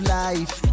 life